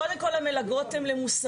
קודם כל המלגות הן למוסבים,